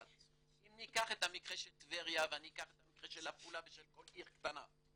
אם ניקח את המקרה של טבריה ואת המקרה של עפולה ושל כל עיר קטנה,